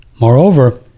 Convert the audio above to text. Moreover